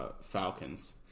Falcons